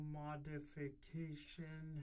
modification